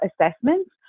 assessments